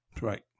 Right